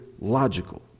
logical